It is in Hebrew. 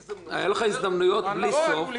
היו לך הזדמנויות בלי סוף.